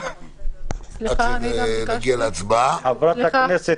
אני גם ביקשתי לדבר.